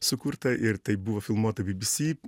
sukurtą ir tai buvo filmuota bbc